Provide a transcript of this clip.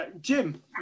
Jim